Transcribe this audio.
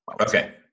Okay